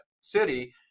city